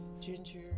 Ginger